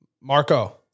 Marco